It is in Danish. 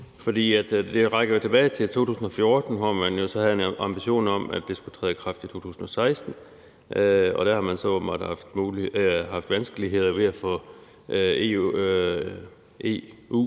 for det rækker jo tilbage til 2014, hvor man havde en ambition om, at det skulle træde i kraft i 2016. Der har man så åbenbart haft vanskeligheder ved at få EU's